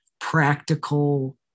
practical